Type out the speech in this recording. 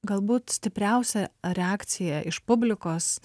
galbūt stipriausią reakciją iš publikos